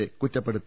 A കുറ്റപ്പെടുത്തി